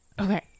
Okay